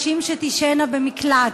ולכן ההנמקה תהיה מהמקום,